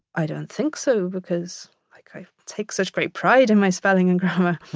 i don't think so, because like i take such great pride in my spelling and grammar.